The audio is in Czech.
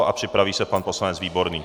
A připraví se pan poslanec Výborný.